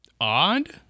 Odd